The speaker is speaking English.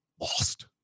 lost